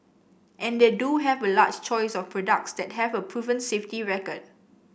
and they do have a large choice of products that have a proven safety record